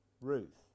Ruth